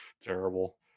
Terrible